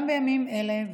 גם בימים האלה,